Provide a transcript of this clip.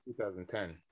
2010